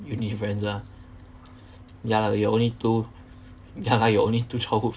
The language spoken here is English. uni friends ah ya lah your only two ya lah your only two childhood